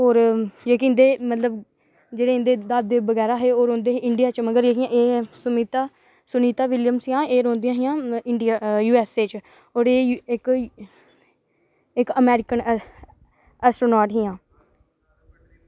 होर जेह्के इं'दे मतलब जेह्ड़े इं'दे दादे बगैरा हे ओह् रौंह्दे हे इंडिया च मगर एह् सुनीता सुनीता विलियम हियां एह् रौंह्दियां हियां इंडिया यू एस ए च होर एह् इक इक अमेरिकन एस्ट्रोनॉट हियां